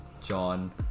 John